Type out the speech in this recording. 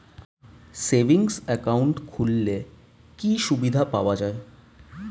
Savings account খুললে কি সুবিধা পাওয়া যায়?